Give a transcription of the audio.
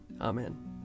Amen